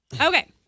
Okay